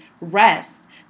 rest